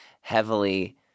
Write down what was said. heavily